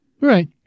Right